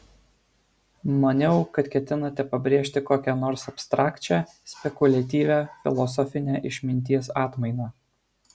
maniau kad ketinate pabrėžti kokią nors abstrakčią spekuliatyvią filosofinę išminties atmainą